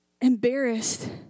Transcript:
embarrassed